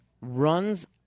runs